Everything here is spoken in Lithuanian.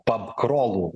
pab krolų